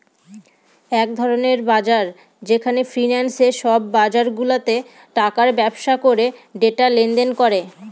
এক ধরনের বাজার যেখানে ফিন্যান্সে সব বাজারগুলাতে টাকার ব্যবসা করে ডেটা লেনদেন করে